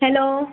hello